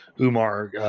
Umar –